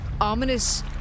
ominous